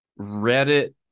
Reddit